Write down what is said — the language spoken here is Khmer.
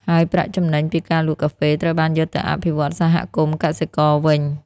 ហើយប្រាក់ចំណេញពីការលក់កាហ្វេ ត្រូវបានយកទៅអភិវឌ្ឍន៍សហគមន៍កសិករវិញ។